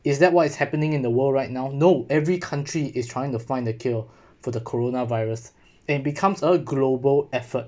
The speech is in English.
is that what is happening in the world right now no every country is trying to find the cure for the corona virus and becomes a global effort